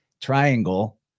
Triangle